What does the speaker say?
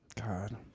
God